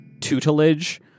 tutelage